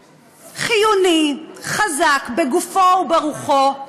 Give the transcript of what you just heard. חיוני, חזק בגופו וברוחו,